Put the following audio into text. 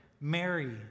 mary